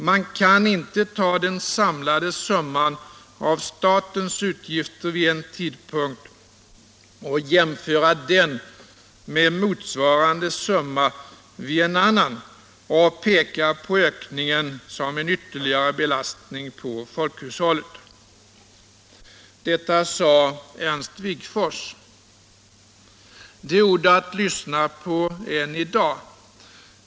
Man kan inte ta den samlade summan av statens utgifter vid en tidpunkt och jämföra den med motsvarande summa vid en annan och peka på ökningen såsom en ytterligare belastning på folkhushållet.” Detta sade Ernst Wigforss. Det är ord att lyssna på än i dag.